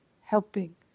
helping